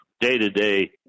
day-to-day